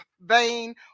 vein